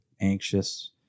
anxious